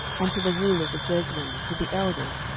unto the rulers of jezreel, to the elders,